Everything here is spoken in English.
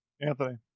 Anthony